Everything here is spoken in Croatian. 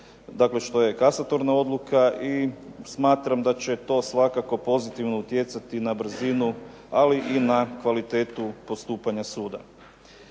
što je kasatorna odluka i smatram da će to svakako pozitivno utjecati na brzinu, ali i na kvalitetu postupanja suda.